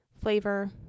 flavor